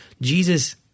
Jesus